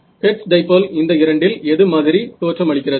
hertz dipole இந்த இரண்டில் எது மாதிரி தோற்றமளிக்கிறது